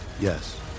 Yes